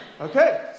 Okay